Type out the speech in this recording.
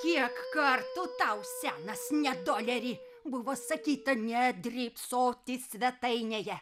kiek kartų tau senas nedoleri buvo sakyta nedrybsoti svetainėje